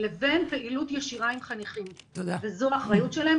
לבין פעילות ישירה עם חניכים, וזו האחריות שלהם.